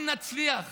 אם נצליח